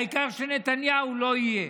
העיקר שנתניהו לא יהיה.